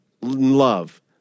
love